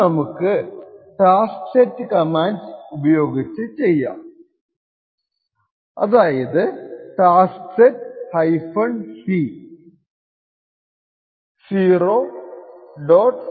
ഇത് നമുക്ക് taskset command ഉപയോഗിച്ച് ചെയ്യാം taskset c 0